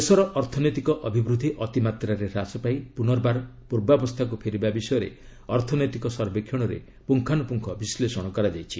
ଦେଶର ଅର୍ଥନୈତିକ ଅଭିବୃଦ୍ଧି ଅତିମାତ୍ରାରେ ହ୍ରାସ ପାଇଁ ପୁନର୍ବାର ପ୍ରର୍ବାବସ୍ଥାକ୍ ଫେରିବା ବିଷୟରେ ଅର୍ଥନୈତିକ ସର୍ବେକ୍ଷଣରେ ପ୍ରଙ୍ଗାନ୍ଦ୍ରପ୍ରଙ୍ଗ ବିଶ୍ଳେଷଣ କରାଯାଇଛି